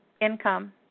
income